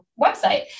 website